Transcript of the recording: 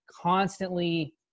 constantly